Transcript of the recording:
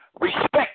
respect